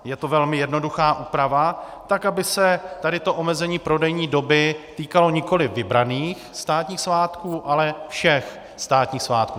Je to velmi jednoduchá úprava tak, aby se tady to omezení prodejní doby týkalo nikoli vybraných státních svátků, ale všech státních svátků.